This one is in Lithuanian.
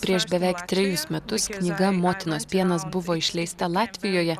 prieš beveik trejus metus knyga motinos pienas buvo išleista latvijoje